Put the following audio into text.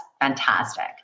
fantastic